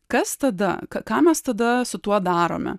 kas tada ką mes tada su tuo darome